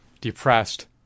depressed